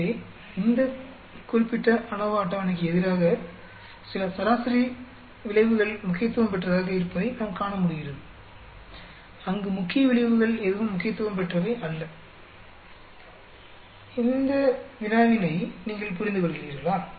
எனவே இந்த குறிப்பிட்ட அநோவா அட்டவணைக்கு எதிராக சில சராசரி விளைவுகள் முக்கியத்துவம் பெற்றதாக இருப்பதை நாம் காண முடிகிறது அங்கு முக்கிய விளைவுகள் எதுவும் முக்கியத்துவம் பெற்றவை அல்ல இந்த வினாவினை நீங்கள் புரிந்துகொள்கிறீர்களா